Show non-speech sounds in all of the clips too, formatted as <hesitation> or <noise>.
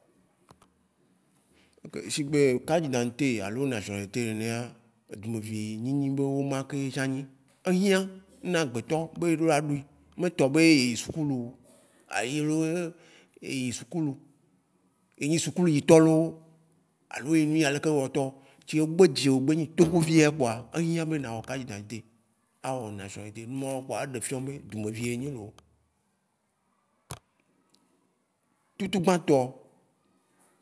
. Shigbe carte d'identite alo nationalite nènèa, edzumevi nyinyi be womao etsã nyi. Ehiã na agbetɔ be eɖo la ɖui. me tɔ be eyi sukulua <unintelligible> egni suluyitɔ alo enuya leke wɔtɔo. Tsi o gbe dzio o gbe nyi togovi ya kpoa, e hiã be nawɔ carte d'identite awɔ nationalite. Numawo ɖe fiã be ɖzumevi enyi loo. Tsutsugbã tɔ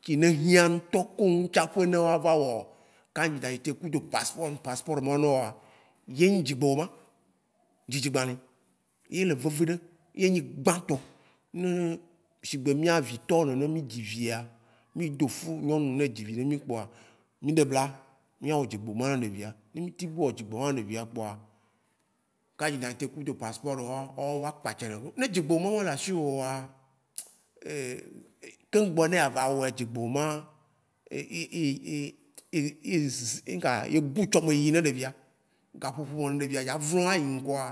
tsi ne hiã ŋtɔ koŋ tsaƒe ne woa va wɔ carte d'identite kudo paspor paspor mawo na woa, ye nyi dzigbewoma, dzidzigbalɛ. Yi le veveɖe. Ye nyi gbãtɔa. Ne shigbe mia vi tɔwo nene mi dzivia. mi dofu nyɔnu ne edzi vi nɛ mi kpoa, mi ɖebla mia wɔ dzigbewoma ne ɖevia. Ne mi teŋ wɔ dzigbewoma na ɖevia kpoa carte d'identite kudo paspor woawo wo va kpasɛnɛ ɖo. Ne dzigbewoma me le asiwò <hesitation> Ebu tsɔme yiyi ne ɖevia. Gaƒoƒo ke me ɖevia dza aʋlu a yi ŋkɔa,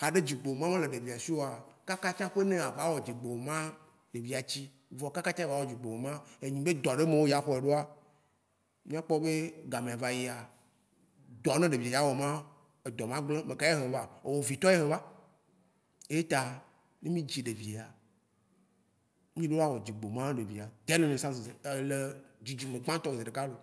xaɖe dzigbewoma me le ɖevia shioa, kaka tsaƒe ne a va wɔ dzigbewoma, ɖevia tsi. Vɔ kaka tse ava wɔ dzigbewoma enyi be dɔɖeme o ɖza xɔɛ ɖoa, mia kpɔ be gamea va yia, Eɖɔ yi ne ɖevia dza wɔma edɔma gble, meka ye hĩ ʋa? ewó vi tɔ ye hĩ va. Eye ta, ne mi dzi ɖevia, mi ɖo la wɔ dzidziwoma ne ɖevia de la naissance ele dzidzime gbãtɔ zeɖeka loo.